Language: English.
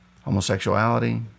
Homosexuality